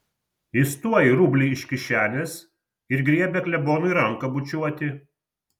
jis tuoj rublį iš kišenės ir griebia klebonui ranką bučiuoti